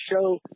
show